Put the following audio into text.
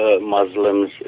Muslims